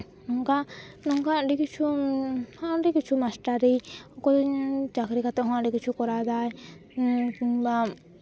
ᱱᱚᱝᱠᱟ ᱱᱚᱝᱠᱟ ᱟᱹᱰᱤ ᱠᱤᱪᱷᱩ ᱦᱚᱸ ᱟᱹᱰᱤ ᱠᱤᱪᱷᱩ ᱢᱟᱥᱴᱟᱨᱤ ᱚᱠᱚᱭ ᱪᱟᱹᱠᱨᱤ ᱠᱟᱛᱮ ᱦᱚᱸ ᱟᱹᱰᱤ ᱠᱤᱪᱷᱩ ᱠᱚᱨᱟᱣᱫᱟᱭ ᱠᱤᱝᱵᱟ